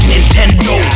Nintendo